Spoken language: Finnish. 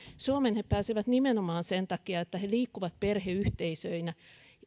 suomeen he pääsevät nimenomaan sen takia että he liikkuvat perheyhteisöinä